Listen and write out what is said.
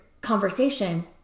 conversation